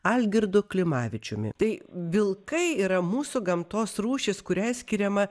algirdu klimavičiumi tai vilkai yra mūsų gamtos rūšis kuriai skiriama